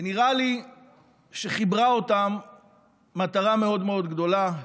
נראה לי שחיברה אותם מטרה מאוד מאוד גדולה,